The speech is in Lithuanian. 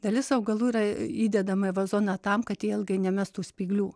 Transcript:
dalis augalų yra įdedama į vazoną tam kad jie ilgai nemestų spyglių